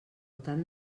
tant